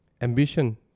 ambition